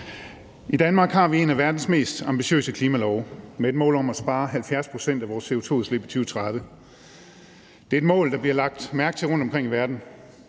I Danmark har vi en af verdens mest ambitiøse klimalove med et mål om at spare 70 pct. af vores CO2-udslip i 2030. Det er et mål, der bliver lagt mærke til rundtomkring i verden.